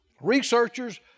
researchers